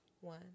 one